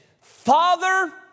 Father